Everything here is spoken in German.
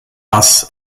bass